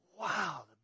wow